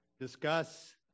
discuss